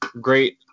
Great